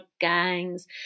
gangs